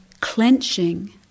clenching